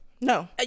No